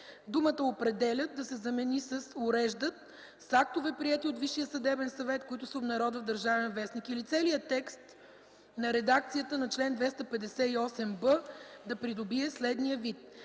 думата „определят” да се замени с „уреждат” – с актове, приети от Висшия съдебен съвет, които се обнародват в „Държавен вестник”. Или целият текст на редакцията на чл. 258б да придобие следния вид: